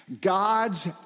God's